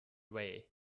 way